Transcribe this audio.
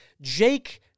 Jake